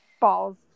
Balls